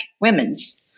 women's